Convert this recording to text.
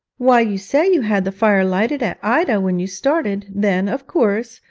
why, you say you had the fire lighted at ida when you started then, of course,